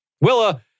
Willa